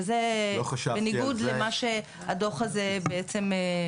וזה בניגוד למה שהדו"ח בעצם אומר.